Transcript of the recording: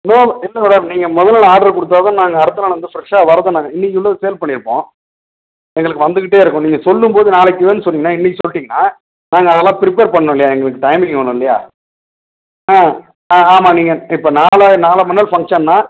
no இல்லை madam நீங்கள் முத நாள் ஆட்ரு கொடுத்தா தான் நாங்கள் அடுத்த நாள் வந்து ஃப்ரஷ்ஷாக வர்றதை நாங்கள் இன்னைக்கு உள்ளதை சேல் பண்ணிருப்போம் எங்களுக்கு வந்துக்கிட்டே இருக்கும் நீங்கள் சொல்லும்போது நாளைக்கு வேணும்னு சொன்னீங்கன்னால் இன்னைக்கு சொல்லிடீங்கன்னா நாங்கள் அதெல்லாம் ப்ரிப்பர் பண்ணும் இல்லையா எங்களுக்கு டைமிங் வேணும் இல்லையா ஆ ஆ ஆமாம் நீங்கள் இப்போ நாளை நாளை மறுநாள் ஃபங்க்ஷன்னால்